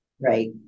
Right